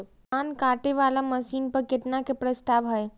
धान काटे वाला मशीन पर केतना के प्रस्ताव हय?